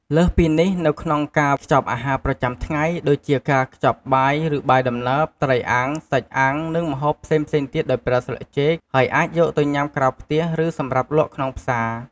លើសពីនេះ នៅក្នុងការខ្ចប់អាហារប្រចាំថ្ងៃ ដូចជាការខ្ចប់បាយឬបាយដំណើប ត្រីអាំង សាច់អាំង និងម្ហូបផ្សេងៗទៀត ដោយប្រើស្លឹកចេក ហើយអាចយកទៅញ៉ាំក្រៅផ្ទះ ឬសម្រាប់លក់ក្នុងផ្សារ។